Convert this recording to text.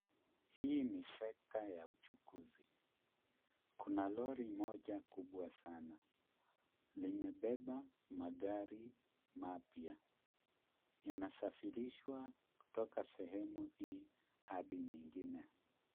Hii ni sekta ya uchukuzi. Kuna lori moja kubwa sana. Limebeba magari mapya. Yanasafirishwa kutoka sehemu hii hadi nyingine.